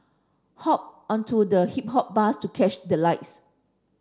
hop onto the Hippo Bus to catch the lights